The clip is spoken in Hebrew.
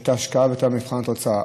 את ההשקעה ואת מבחן התוצאה,